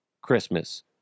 Christmas